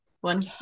one